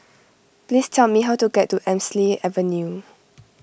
please tell me how to get to Hemsley Avenue